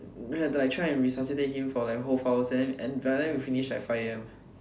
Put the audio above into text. then have to like resuscitate for like whole four hours and then and by then we finish like five A_M